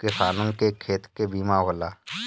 किसानन के खेत के बीमा होला